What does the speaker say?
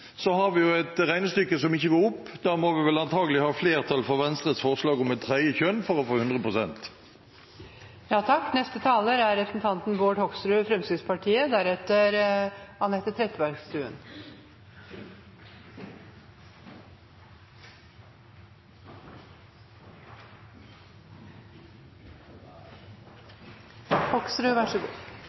har vi et regnestykke som ikke går opp. Vi må antakelig ha flertall for Venstres forslag om et tredje kjønn for å få 100 pst. Som helsepolitiker kommer jeg borti flere situasjoner hvor mennesker opplever seg forskjellsbehandlet, og hvor det er